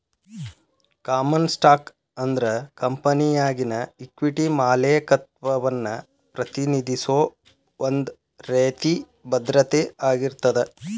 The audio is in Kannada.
ಕಾಮನ್ ಸ್ಟಾಕ್ ಅಂದ್ರ ಕಂಪೆನಿಯಾಗಿನ ಇಕ್ವಿಟಿ ಮಾಲೇಕತ್ವವನ್ನ ಪ್ರತಿನಿಧಿಸೋ ಒಂದ್ ರೇತಿ ಭದ್ರತೆ ಆಗಿರ್ತದ